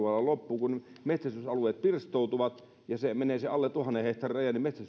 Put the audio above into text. loppuu kun metsästysalueet pirstoutuvat ja menee se alle tuhannen hehtaarin raja metsästys loppuu ja